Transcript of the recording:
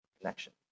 connection